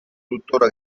tuttora